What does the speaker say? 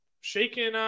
shaking